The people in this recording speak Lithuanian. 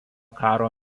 karo